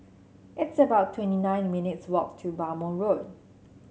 it's about twenty nine minutes' walk to Bhamo Road